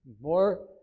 more